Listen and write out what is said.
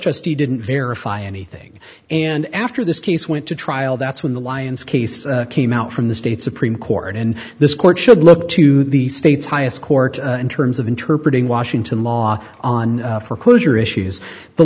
trustee didn't verify anything and after this case went to trial that's when the lion's case came out from the state supreme court and this court should look to the state's highest court in terms of interpret in washington law on for closure issues the